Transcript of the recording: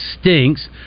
stinks